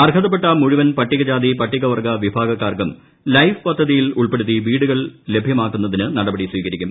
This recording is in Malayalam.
അർഹതപ്പെട്ട മുഴുവൻ പട്ടികജാതി പട്ടികവർഗ്ഗ വിഭാഗക്കാർക്കും ലൈഫ് പദ്ധതിയിലുൾപ്പെടുത്തി വീടുകൾ ലഭ്യമാക്കുന്നതിന് നടപടി സ്വീകരിക്കും